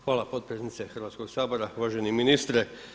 Hvala potpredsjednice Hrvatskog sabora, uvaženi ministre.